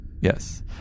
Yes